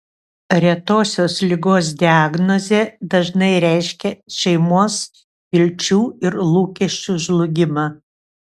retosios ligos diagnozė dažnai reiškia šeimos vilčių ir lūkesčių žlugimą